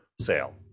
sale